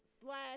slash